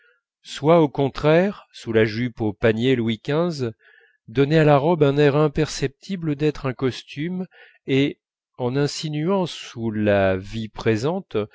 soit au contraire sous la jupe aux paniers louis xv donnaient à la robe un air imperceptible d'être un costume et en insinuant sous la vie présente